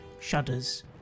shudders